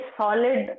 solid